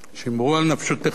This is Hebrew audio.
שמרו על נפשותיכם,